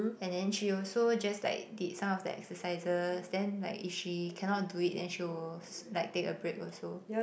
and then she also just like did some of the exercises then like if she cannot do it then she will like take a break also